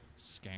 Scam